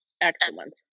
Excellent